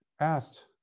asked